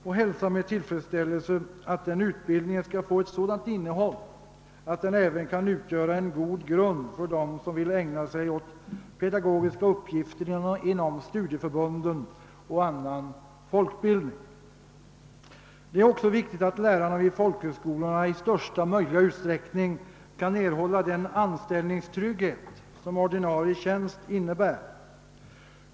Vi hälsar med tillfredsställelse att den utbildningen får ett sådant innehåll att den även kan utgöra en god grund för dem som vill ägna sig åt pedagogiska uppgifter inom studieförbunden och annan folkbildning. Det är också viktigt att lärarna vid folkhögskolorna i största möjliga utsträckning kan erhålla den anställningstrygghet som en ordinarie tjänst innebär.